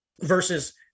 versus